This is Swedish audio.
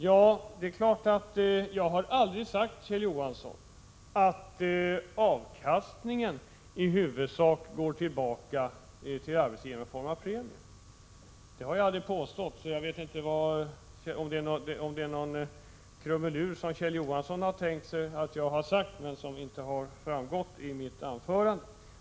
Jag har aldrig sagt, Kjell Johansson, att avkastningen i huvudsak går tillbaka till arbetsgivarna i form av premier.